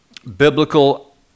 Biblical